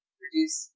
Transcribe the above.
produce